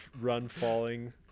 run-falling